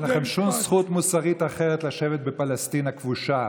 אין לכם שום זכות מוסרית אחרת לשבת בפלסטין הכבושה,